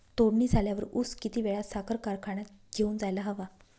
तोडणी झाल्यावर ऊस किती वेळात साखर कारखान्यात घेऊन जायला हवा?